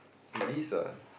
it is what